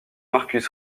marcus